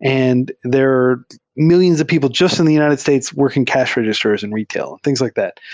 and there mil lions of people jus t in the united states working cash registers and reta il, things like that.